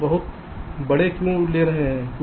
आप बहुत बड़े क्यों ले रहे हैं